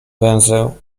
węzeł